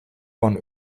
von